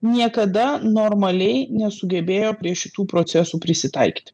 niekada normaliai nesugebėjo prie šitų procesų prisitaikyti